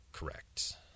correct